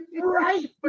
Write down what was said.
right